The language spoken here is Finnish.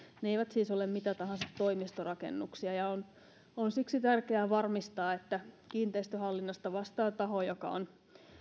ne eivät siis ole mitä tahansa toimistorakennuksia ja on siksi tärkeää varmistaa että kiinteistöhallinnosta vastaa taho joka on